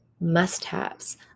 must-haves